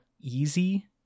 easy